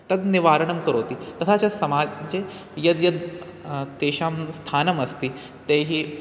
तद् निवारणं करोति तथा च समाजे यद्यद् तेषां स्थानम् अस्ति तैः